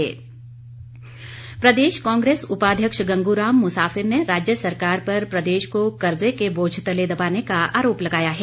कांग्रेस प्रदेश कांग्रेस उपाध्यक्ष गंगूराम मुसाफिर ने राज्य सरकार पर प्रदेश को कर्जे के बोझ तले दबाने का आरोप लगाया है